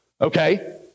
Okay